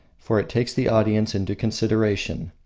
for it takes the audience into consideration.